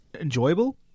enjoyable